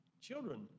Children